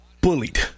bullied